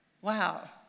Wow